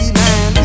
man